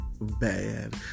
bad